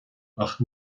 ach